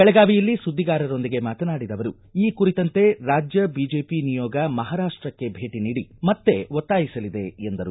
ಬೆಳಗಾವಿಯಲ್ಲಿ ಸುದ್ದಿಗಾರರೊಂದಿಗೆ ಮಾತನಾಡಿದ ಅವರು ಈ ಕುರಿತಂತೆ ರಾಜ್ಯ ಬಿಜೆಪಿ ನಿಯೋಗ ಮಹಾರಾಷ್ಟಕ್ಕೆ ಭೇಟಿ ನೀಡಿ ಮತ್ತೆ ಒತ್ತಾಯಿಸಲಿದೆ ಎಂದರು